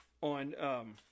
on